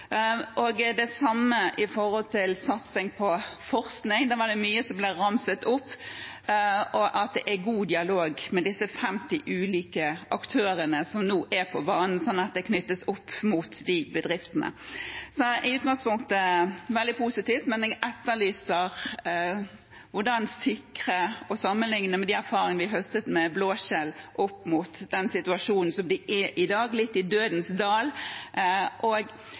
Det samme gjelder satsing på forskning – der var det mye som ble ramset opp – og at det er god dialog med disse 50 ulike aktørene som nå er på banen, slik at det knyttes opp mot de bedriftene. I utgangspunktet er dette veldig positivt, men jeg etterlyser hvordan vi kan sikre dette og se det opp mot erfaringene vi høstet med blåskjell og den situasjonen som disse er i i dag – litt i dødens dal.